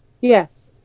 Yes